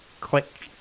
click